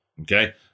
Okay